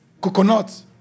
coconut